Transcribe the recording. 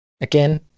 again